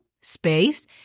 space